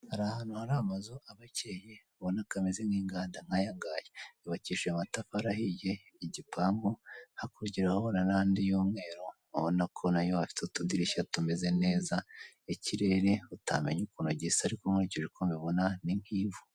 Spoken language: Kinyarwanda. Hari ahantu hari amazu aba akeye ubona ko ameze nk'inganda nk'aya ngaya yubakishije amatafari ahiye igipangu, hakurya urahabona n'andi y'umweru ubona ko nayo afite utudirishya tumeze neza, ikirere utamenya ukuntu gisa ariko nkurikije uko mbibona ni nk'ivu.